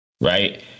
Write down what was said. Right